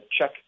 check